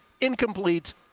Incomplete